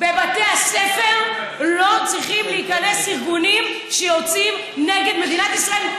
לבתי הספר לא צריכים להיכנס ארגונים שיוצאים נגד מדינת ישראל.